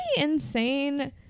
insane